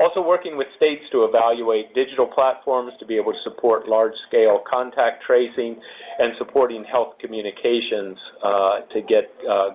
also working with states to evaluate digital platforms to be able to support large-scale contact tracing and supporting health communications to get